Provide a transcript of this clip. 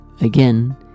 again